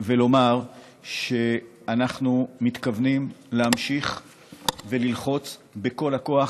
ולומר שאנחנו מתכוונים להמשיך וללחוץ בכל הכוח.